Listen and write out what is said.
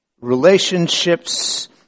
relationships